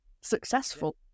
successful